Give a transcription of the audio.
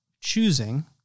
choosing